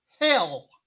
hell